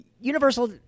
Universal